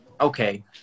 Okay